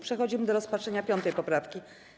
Przechodzimy do rozpatrzenia 5. poprawki.